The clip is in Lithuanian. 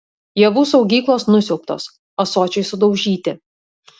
javų saugyklos nusiaubtos ąsočiai sudaužyti